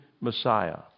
Messiah